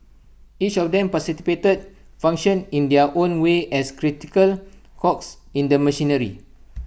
each of them participated functioned in their own way as crucial cogs in the machinery